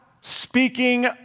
speaking